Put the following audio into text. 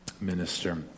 minister